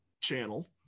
channel